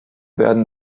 werden